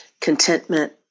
contentment